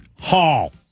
Hall